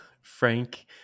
Frank